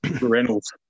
Reynolds